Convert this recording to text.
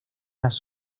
las